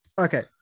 Okay